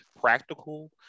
practical